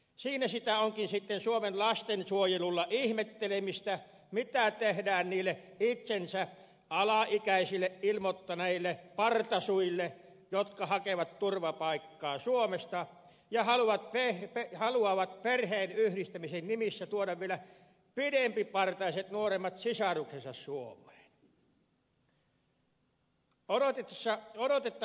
siinä sitä onkin sitten suomen lastensuojelulla ihmettelemistä mitä tehdään niille itsensä alaikäisiksi ilmoittaneille partasuille jotka hakevat turvapaikkaa suomesta ja haluavat perheenyhdistämisen nimissä tuoda vielä pidempipartaiset nuoremmat sisaruksensa suomeen